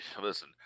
Listen